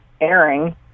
airing